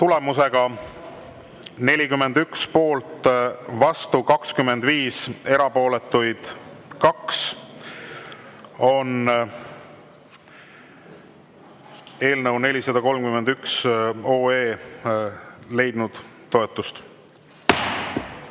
Tulemusega 41 poolt, vastu 25, erapooletuid 2, on eelnõu 431 leidnud toetust. Küsimus